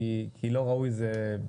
כי לא ראוי זה,